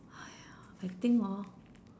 !haiya! I think hor